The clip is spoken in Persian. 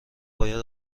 باید